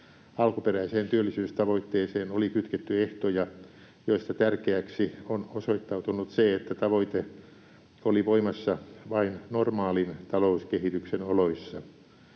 Alkuperäiseen työllisyystavoitteeseen oli kytketty ehtoja, joista tärkeäksi on osoittautunut se, että tavoite oli voimassa vain normaalin talouskehityksen oloissa.